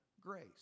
grace